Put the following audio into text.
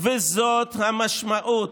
וזאת המשמעות.